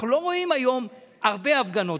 אנחנו לא רואים היום הרבה הפגנות.